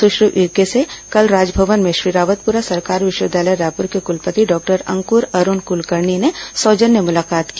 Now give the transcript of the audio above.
स्श्री उइके से कल राजभवन में श्रीरावतपुरा सरकार विश्वविद्यालय रायपुर के कुलपति डॉक्टर अंकुर अरूण कलकर्णी ने सौजन्य मुलाकात की